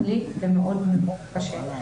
מחליא ומאוד מאוד קשה.